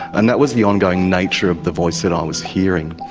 and that was the ongoing nature of the voice that i was hearing.